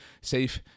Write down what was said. safe